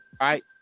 right